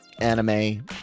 anime